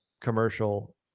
commercial